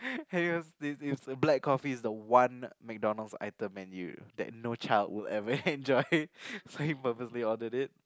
and he was it's a it's black coffee the one MacDonalds item menu that no child would ever enjoy so he purposely ordered it